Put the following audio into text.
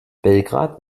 belgrad